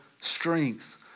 strength